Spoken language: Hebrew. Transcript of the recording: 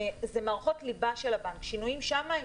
אלה מערכות ליבה של הבנק ושינויים שם הם